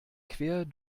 quer